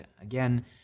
again